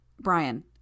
Brian